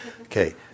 Okay